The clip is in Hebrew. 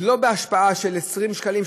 השפעה של 20 שקלים,